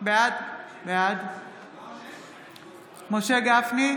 בעד משה גפני,